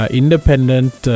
independent